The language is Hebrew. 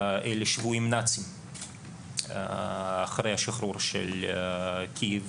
אלה שבויים נאצים אחרי השחרור של קייב,